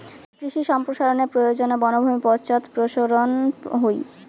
কৃষি সম্প্রসারনের প্রয়োজনে বনভূমি পশ্চাদপসরন হই